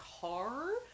car